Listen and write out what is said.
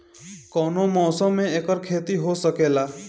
कवनो मौसम में एकर खेती हो सकेला